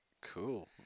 Cool